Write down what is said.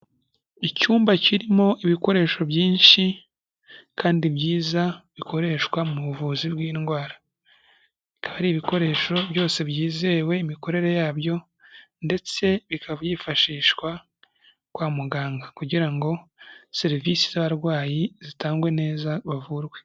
Icyumba kirimo ibikoresho byinshi kandi byiza bikoreshwa mu buvuzi bw'indwara. Bikaba ari ibikoresho byose byizewe imikorere yabyo ndetse bikaba byifashishwa kwa muganga, kugira ngo serivisi z'abarwayi zitangwe neza, bavurwe.